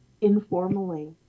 informally